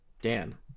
Dan